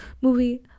movie